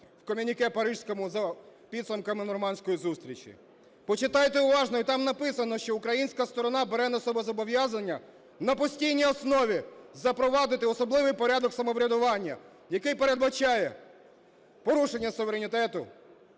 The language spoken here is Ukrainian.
в комюніке паризькому за підсумками нормандської зустрічі. Почитайте уважно, і там написано, що українська сторона бере на себе зобов'язання: на постійній основі запровадити особливий порядок самоврядування, який передбачає порушення суверенітету,